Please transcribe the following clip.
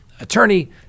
attorney